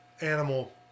animal